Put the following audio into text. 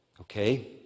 okay